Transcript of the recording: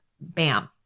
Bam